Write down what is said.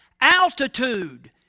altitude